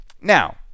Now